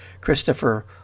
christopher